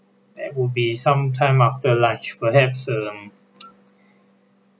that will be some time after lunch perhaps um